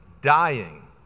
dying